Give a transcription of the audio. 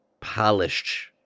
polished